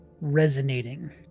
resonating